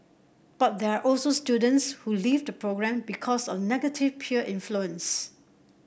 but there are also students who leave the programme because of negative peer influence